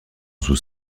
sous